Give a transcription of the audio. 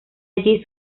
allí